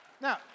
Now